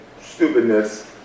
stupidness